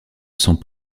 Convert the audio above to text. sont